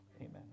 Amen